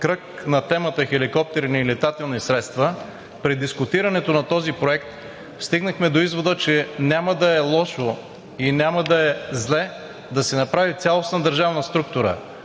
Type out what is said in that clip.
кръг на темата „Хеликоптерни и летателни средства“ при дискутирането на този проект стигнахме до извода, че няма да е лошо и няма да е зле да се направи цялостна държавна структура